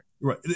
Right